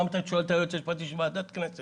למה אתה שואל את היועץ המשפטי של ועדת כנסת?